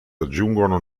aggiungono